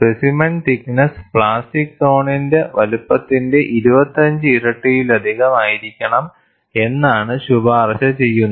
specimen thickness plastic സോണിന്റെ വലുപ്പത്തിന്റെ 25 ഇരട്ടിയിലധികം ആയിരിക്കണം എന്നാണ് ശുപാർശ ചെയ്യുന്നത്